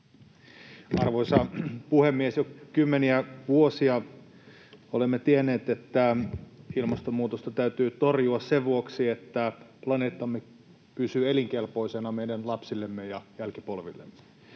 Arvoisa puhemies! Jo kymmeniä vuosia olemme tienneet, että ilmastonmuutosta täytyy torjua sen vuoksi, että planeettamme pysyy elinkelpoisena meidän lapsillemme ja jälkipolvillemme.